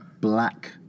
Black